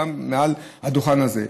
גם מעל הדוכן הזה: